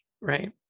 right